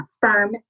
firm